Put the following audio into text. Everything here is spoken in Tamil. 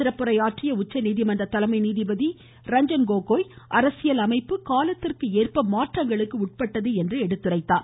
சிறப்புரையாற்றிய உச்சநீதிமன்ற தலைமை நீதிபதி ரஞ்சன் கோகோய் அரசியல் அமைப்பு காலத்திற்கேற்ப மாற்றங்களுக்கு உட்பட்டது என்று கூறினார்